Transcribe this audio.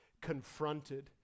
confronted